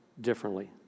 differently